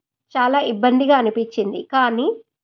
చాలా ఇబ్బందిగా అనిపించింది కానీ